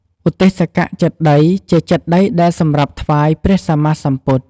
ឧទ្ទេសកចេតិយ ជាចេតិយដែលសម្រាប់ថ្វាយព្រះសម្មាសម្ពុទ្ធ។